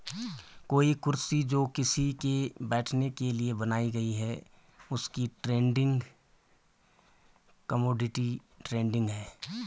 कोई कुर्सी जो किसी के बैठने के लिए बनाई गयी है उसकी ट्रेडिंग कमोडिटी ट्रेडिंग है